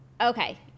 Okay